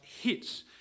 hits